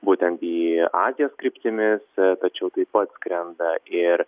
būtent į azijos kryptimis tačiau taip pat skrenda ir